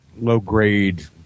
low-grade